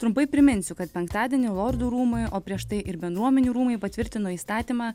trumpai priminsiu kad penktadienį lordų rūmai o prieš tai ir bendruomenių rūmai patvirtino įstatymą